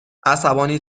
عصبانی